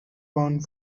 bound